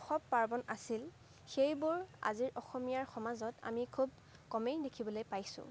উসৱ পাৰ্বণ আছিল সেইবোৰ আজিৰ অসমীয়াৰ সমাজত আমি খুব কমেই দেখিবলৈ পাইছোঁ